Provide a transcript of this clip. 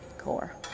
core